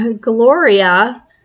Gloria